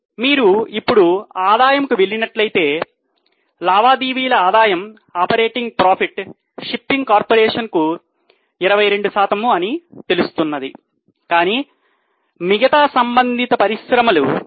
మీరు ఇప్పుడు ఆదాయంకు వెళ్ళినట్లయితే లావాదేవీల ఆదాయము